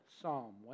Psalm